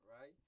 right